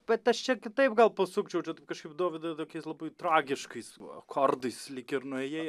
bet aš čia kitaip gal pasukčiau čia tu kažkaip dovydai tokiais labai tragiškais akordais lyg ir nuėjai